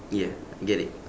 ya I get it